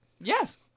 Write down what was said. Yes